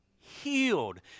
Healed